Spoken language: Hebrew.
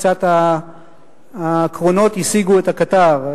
קצת הקרונות השיגו את הקטר.